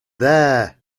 there